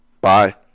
Bye